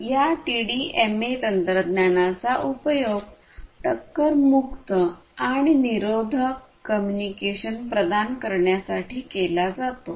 या टीडीएमए तंत्रज्ञानाचा उपयोग टक्कर मुक्त आणि निरोधक कम्युनिकेशन प्रदान करण्यासाठी केला जातो